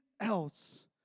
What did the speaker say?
else